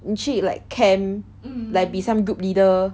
你去 like camp like be some group leader